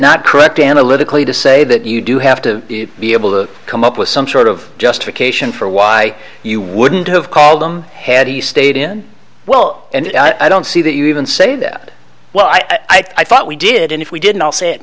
not correct analytically to say that you do have to be able to come up with some sort of justification for why you wouldn't have called him had he stayed in well and i don't see that you even say that well i thought we did and if we didn't i'll say it